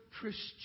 Christian